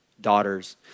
daughters